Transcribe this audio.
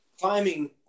climbing